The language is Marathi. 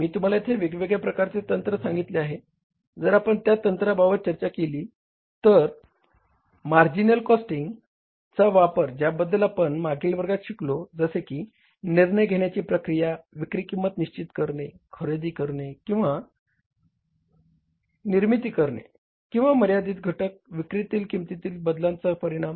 मी तुम्हाला येथे वेगवेगळ्या प्रकारचे तंत्र सांगितले आहे जर आपण त्या तंत्रा बाबत चर्चा केली तर मार्जिनल कॉस्टिंगचा वापर ज्याबद्दल आपण मागील वर्गात शिकलो जसे की निर्णय घेण्याची प्रक्रिया विक्री किंमत निश्चित करणे खरेदी करणे किंवा निर्मिती करणे किंवा मर्यादित घटक विक्री किंमतीतील बदलाचा परिणाम